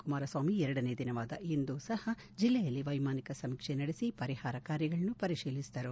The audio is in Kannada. ಕುಮಾರಸ್ವಾಮಿ ಎರಡನೇ ದಿನವಾದ ಇಂದು ಸಹ ಜಿಲ್ಲೆಯಲ್ಲಿ ವೈಮಾನಿಕ ಸಮೀಕ್ಷೆ ನಡೆಸಿ ಪರಿಹಾರ ಕಾರ್ಯಗಳನ್ನು ಪರಿಶೀಲಿಸಿದರು